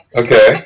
okay